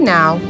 Now